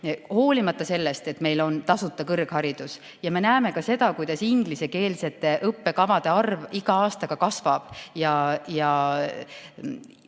hoolimata sellest, et meil on tasuta kõrgharidus. Me näeme ka seda, kuidas ingliskeelsete õppekavade arv iga aastaga kasvab. Ma